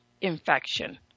infection